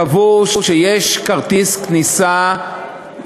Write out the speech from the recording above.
קבעו שיש כרטיס כניסה,